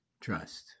Trust